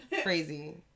crazy